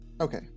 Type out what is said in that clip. Okay